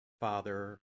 Father